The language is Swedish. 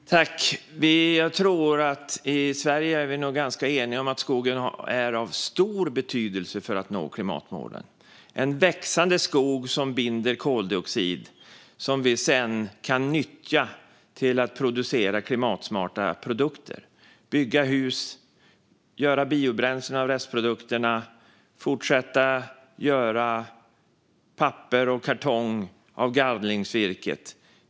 Fru talman! Jag tror att vi i Sverige är ganska eniga om att skogen är av stor betydelse för att nå klimatmålen. En växande skog binder koldioxid. Sedan kan vi nyttja den till att producera klimatsmarta produkter. Vi kan bygga hus, göra biobränslen av restprodukterna och fortsätta att göra papper och kartong av gallringsvirket.